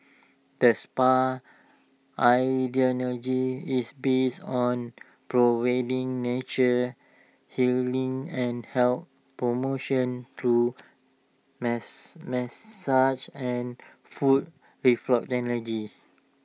the spa's ideology is based on providing natural healing and health promotion through massage and foot reflexology